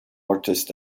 artist